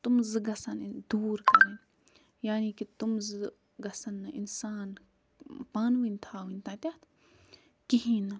تِم زٕ گژھن دوٗر کَرٕنۍ یعنی کہِ تِم زٕ گژھن نہٕ اِنسان پانہٕ ؤنۍ تھاوٕنۍ تَتٮ۪تھ کِہیٖنۍ نہٕ